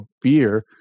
beer